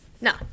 No